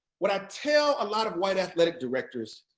what i tell a lot of white athletic directors,